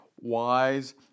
wise